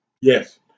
Yes